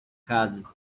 casa